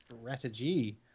Strategy